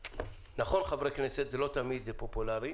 נכון שחברי כנסת זה לא תמיד פופולרי,